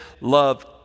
love